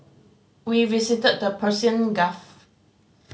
we visited the Persian Gulf